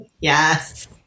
Yes